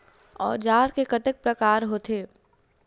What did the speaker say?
औजार के कतेक प्रकार होथे?